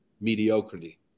mediocrity